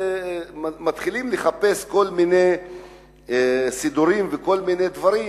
מתחילים לחפש כל מיני סידורים וכל מיני דברים,